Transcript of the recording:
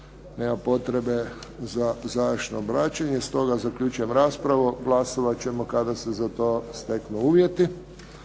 nema potrebe za završno obraćanje. Stoga zaključujem raspravu. Glasovati ćemo kada se za to steknu uvjeti.